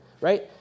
right